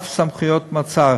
אף סמכויות מעצר.